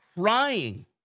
crying